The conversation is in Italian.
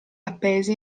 appesi